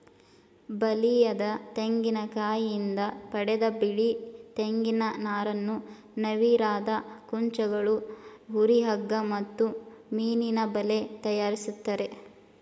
ಬಲಿಯದ ತೆಂಗಿನಕಾಯಿಂದ ಪಡೆದ ಬಿಳಿ ತೆಂಗಿನ ನಾರನ್ನು ನವಿರಾದ ಕುಂಚಗಳು ಹುರಿ ಹಗ್ಗ ಮತ್ತು ಮೀನಿನಬಲೆ ತಯಾರಿಸ್ತರೆ